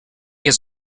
has